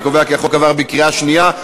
אני קובע כי החוק עבר בקריאה שנייה.